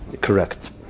Correct